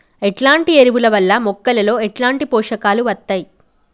ఎట్లాంటి ఎరువుల వల్ల మొక్కలలో ఎట్లాంటి పోషకాలు వత్తయ్?